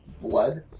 Blood